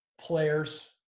players